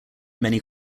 many